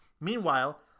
Meanwhile